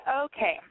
Okay